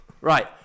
Right